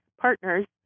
partners